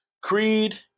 Creed